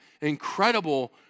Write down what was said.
incredible